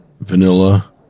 Vanilla